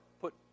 put